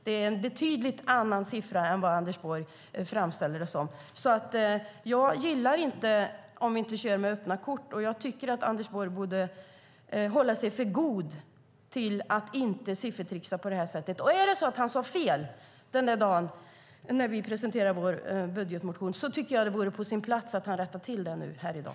Det är en helt annan siffra än den Anders Borg framställer det som. Jag gillar inte om vi inte kör med öppna kort. Anders Borg borde hålla sig för god för att siffertricksa på det här sättet. Är det så att han sade fel den dagen vi presenterade vår budgetmotion vore det på sin plats att han nu rättar till det här i dag.